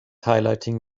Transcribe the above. highlighting